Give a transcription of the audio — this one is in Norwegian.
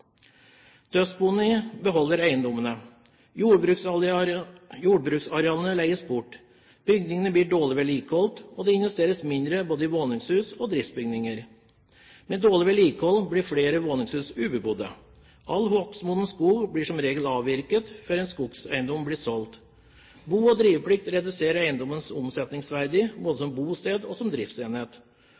beholder eiendommene. Jordbruksarealene leies bort. Bygningene blir dårlig vedlikeholdt, og det investeres mindre både i våningshus og i driftsbygninger. Med dårlig vedlikehold blir flere våningshus ubebodde. All hogstmoden skog blir som regel avvirket før en skogseiendom blir solgt. Bo- og driveplikt reduserer eiendommenes omsetningsverdi både som bosted og som driftsenhet.